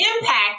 impact